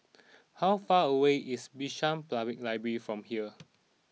how far away is Bishan Public Library from here